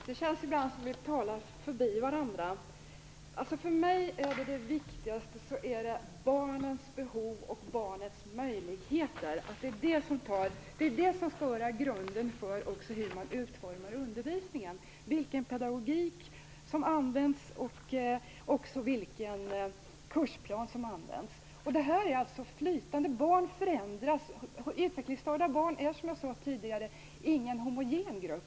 Herr talman! Ibland känns det som om vi talade förbi varandra. Det viktigaste för mig är barnets behov och möjligheter. Det skall vara grunden för hur undervisningen utformas - vilken pedagogik och vilken kursplan som används. Här är gränserna flytande. Barn förändras ju, och utvecklingsstörda barn är, som jag tidigare sade, inte en homogen grupp.